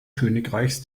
königreichs